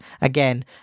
Again